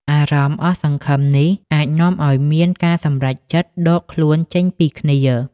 អារម្មណ៍អស់សង្ឃឹមនេះអាចនាំឲ្យមានការសម្រេចចិត្តដកខ្លួនចេញពីគ្នា។